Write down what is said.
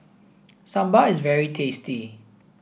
Sambar is very tasty